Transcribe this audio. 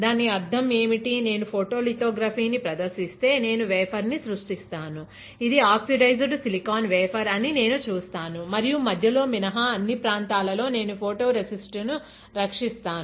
దాని అర్థం ఏమిటి నేను ఫోటోలితోగ్రఫీను ప్రదర్శిస్తే నేను వేఫర్ ని సృష్టిస్తాను ఇది ఆక్సిడైజ్డ్ సిలికాన్ వేఫర్ అని నేను చూస్తాను మరియు మధ్యలో మినహా అన్ని ప్రాంతాలలో నేను ఫోటో రెసిస్ట్ ను రక్షిస్తాను